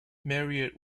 marriott